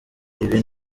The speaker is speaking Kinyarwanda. ibi